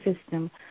system